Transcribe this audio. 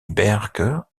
barker